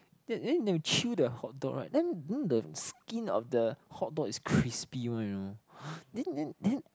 then then you chew the hot dog right then the skin of the hot dog is crispy one you know then then then